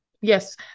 yes